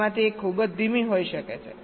તેમાંથી એક ખૂબ જ ધીમી હોઇ શકે છે